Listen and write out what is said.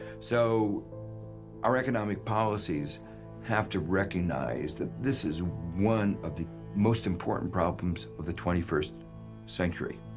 so our economic policies have to recognize, that this is one of the most important problems of the twenty first century.